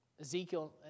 Ezekiel